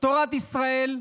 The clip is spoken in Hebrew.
בתורת ישראל,